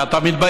כי אתה מתבייש,